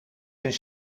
zijn